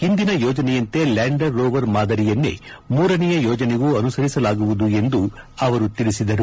ಹಿಂದಿನ ಯೋಜನೆಯಂತೆ lander rover ಮಾದರಿಯನ್ನೇ ಮೂರನೆಯ ಯೋಜನೆಗೂ ಅನುಸರಿಸಲಾಗುವುದು ಎಂದು ಅವರು ತಿಳಿಸಿದರು